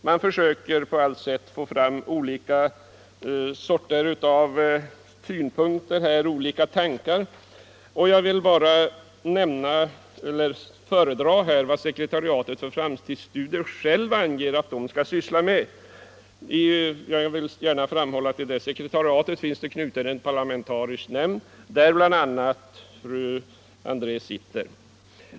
Man försöker i detta arbete på allt sätt att få fram olika synpunkter och tankar. Jag vill bara föredra vad sekretariatet för framtidsstudier självt anger att det skall syssla med. Jag vill gärna framhålla att till det sekretariatet finns knuten en parlamentarisk nämnd, i vilken bl.a. fru Anér ingår.